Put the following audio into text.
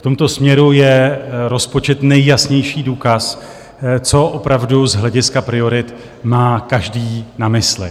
V tomto směru je rozpočet nejjasnější důkaz, co opravdu z hlediska priorit má každý na mysli.